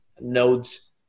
nodes